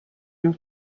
your